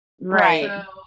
Right